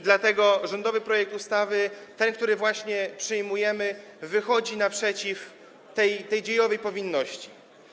Dlatego rządowy projekt ustawy, który właśnie przyjmujemy, wychodzi naprzeciw tej dziejowej powinności.